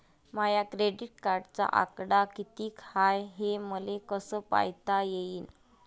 माया क्रेडिटचा आकडा कितीक हाय हे मले कस पायता येईन?